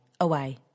away